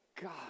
God